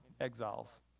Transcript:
exiles